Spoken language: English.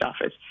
office